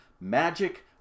Magic